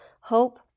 hope